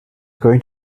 going